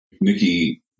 Nikki